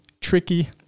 tricky